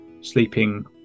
sleeping